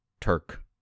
Turk